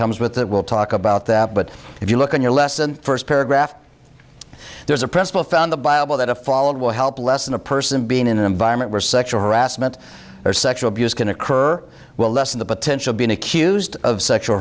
comes with that we'll talk about that but if you look in your lesson first paragraph there's a principle found the bible that a followed will help lessen a person being in an environment where sexual harassment or sexual abuse can occur will lessen the potential being accused of sexual